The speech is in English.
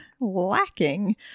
lacking